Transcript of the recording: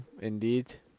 Indeed